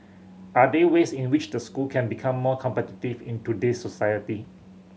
are there ways in which the school can become more competitive in today's society